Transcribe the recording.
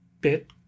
bit